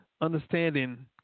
understanding